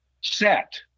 set